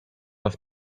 raz